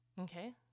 okay